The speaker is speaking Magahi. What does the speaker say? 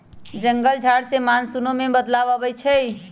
जंगल झार से मानसूनो में बदलाव आबई छई